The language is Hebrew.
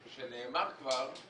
שנאמר כבר,